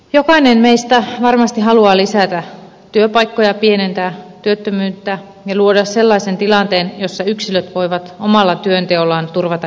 jokainen meistä varmasti haluaa lisätä työpaikkoja pienentää työttömyyttä ja luoda sellaisen tilanteen jossa yksilöt voivat omalla työnteollaan turvata elämänsä